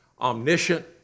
omniscient